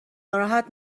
ناراحت